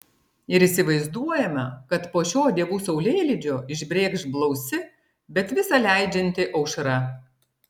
ir įsivaizduojame kad po šio dievų saulėlydžio išbrėkš blausi bet visa leidžianti aušra